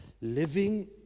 living